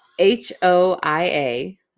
H-O-I-A